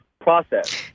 process